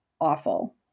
awful